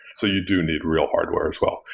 so you do need real hardware as well.